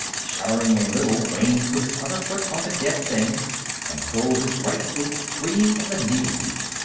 shuddering a little, wayne put his other foot on the dead thing and pulled his right boot free of the needle beak.